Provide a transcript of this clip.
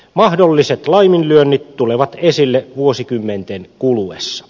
mahdolliset laiminlyönnit tulevat esille vuosikymmenten kuluessa